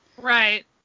Right